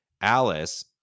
Alice